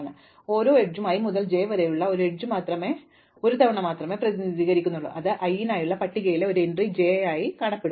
അതിനാൽ ഓരോ അരികുകളും i മുതൽ j വരെയുള്ള ഒരു അഗ്രം ഒരു തവണ മാത്രമേ പ്രതിനിധീകരിക്കുന്നുള്ളൂ അത് i നായുള്ള പട്ടികയിലെ ഒരു എൻട്രി j ആയി ദൃശ്യമാകും